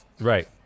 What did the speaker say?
Right